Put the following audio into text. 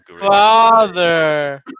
Father